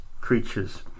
creatures